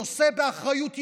שנושא באחריות ישירה,